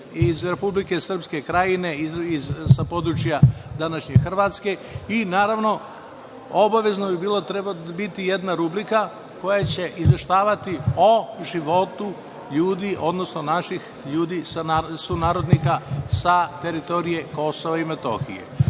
iz Republike Srpske Krajine, sa područja današnje Hrvatske i, naravno, obavezno bi bilo, trebala bi biti jedna rubrika koja će izveštavati o životu ljudi, odnosno naših ljudi, sunarodnika sa teritorije KiM.Međutim,